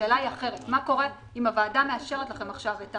השאלה היא אחרת: מה קורה אם הוועדה מאשרת לכם עכשיו את